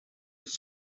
ist